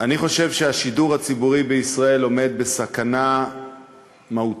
אני חושב שהשידור הציבורי בישראל עומד בסכנה מהותית,